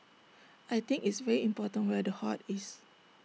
I think it's very important where the heart is